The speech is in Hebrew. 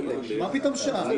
מה פתאום שעה?